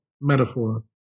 metaphor